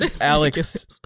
Alex